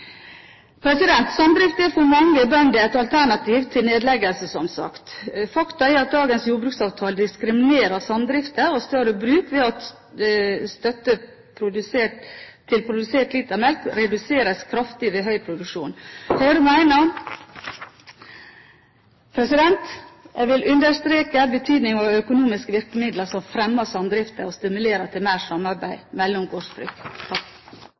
er for mange bønder et alternativ til nedleggelse, som sagt. Faktum er at dagens jordbruksavtale diskriminerer samdrifter og større bruk ved at støtte per produsert liter melk reduseres kraftig ved høy produksjon. Jeg vil understreke betydningen av økonomiske virkemidler som fremmer samdrifter og stimulerer til mer samarbeid mellom gårdsbruk.